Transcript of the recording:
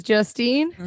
Justine